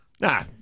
nah